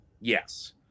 Yes